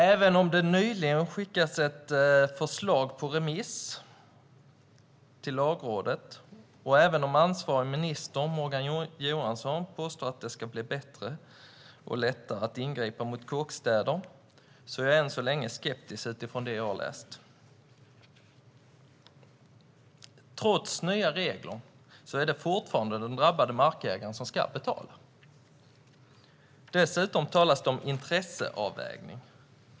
Även om ett förslag nyligen har skickats på remiss till Lagrådet och även om ansvarig minister, Morgan Johansson, påstår att det ska bli lättare att ingripa mot kåkstäder är jag än så länge skeptisk utifrån det jag har läst. Trots nya regler är det fortfarande den drabbade markägaren som ska betala. Dessutom talas det om intresseavvägning.